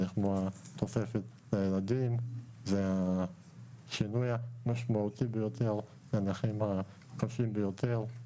כמו התוספת לילדים והשינוי המשמעותי ביותר לגבי הנכים הקשים ביותר,